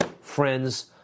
friends